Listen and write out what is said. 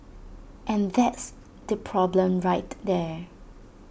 and that's the problem right there